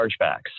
chargebacks